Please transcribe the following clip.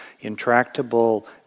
intractable